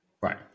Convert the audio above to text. Right